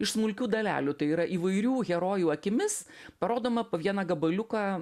iš smulkių dalelių tai yra įvairių herojų akimis parodoma po vieną gabaliuką